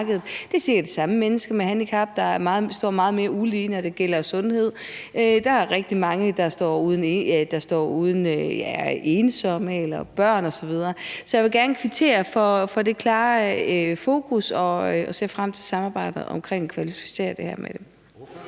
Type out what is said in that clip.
det er cirka det samme antal mennesker med handicap, der står meget mere ulige, når det gælder sundhed, at der er rigtig mange, der er ensomme eller uden børn osv. Så jeg vil gerne kvittere for det klare fokus og ser frem til samarbejdet om at kvalificere det her. Kl.